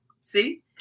See